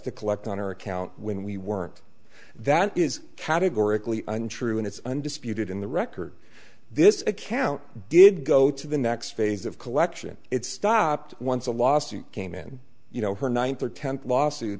to collect on our account when we weren't that is categorically untrue and it's undisputed in the record this account did go to the next phase of collection it stopped once a lawsuit came in you know her ninth or tenth lawsuit